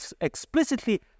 explicitly